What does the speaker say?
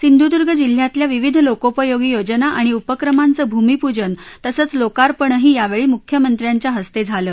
सिंधुदुर्ग जिल्ह्यातल्या विविध लोकोपयोगी योजना आणि उपक्रमांच भूमीपूजन तसच लोकार्पणही यावेळी मुख्यमंत्रांच्या हस्ते झालं